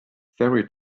fairy